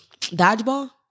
dodgeball